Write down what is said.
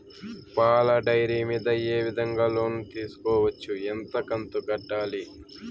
పాల డైరీ మీద ఏ విధంగా లోను తీసుకోవచ్చు? ఎంత కంతు కట్టాలి?